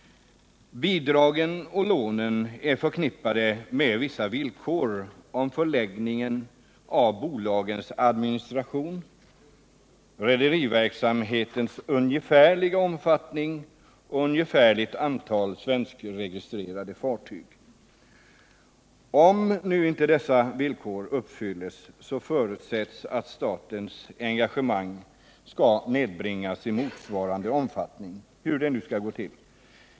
Bidragen och lånen är förknippade med vissa villkor om förläggningen av bolagens administration, rederiverksamhetens ungefärliga omfattning och ungefärliga antal svenskregistrerade fartyg. Om dessa villkor inte uppfylls förutsätts att statens engagemang skall nedbringas i motsvarande omfattning — hur det nu skall gå till.